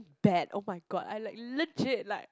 Bad oh-my-god I like legit like